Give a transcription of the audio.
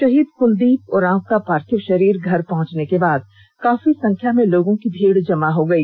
शहीद कुलदीप उरांव का पार्थिव शरीर घर पहुंचने के बाद काफी संख्या में लोगों की भीड़ जमा हो गई